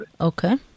Okay